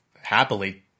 happily